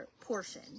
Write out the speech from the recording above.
portion